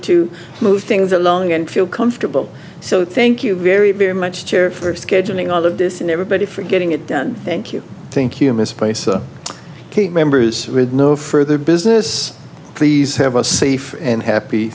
to move things along and feel comfortable so thank you very very much chair for scheduling all the decision everybody for getting it done thank you thank you misplace keep members with no further business please have a safe and happy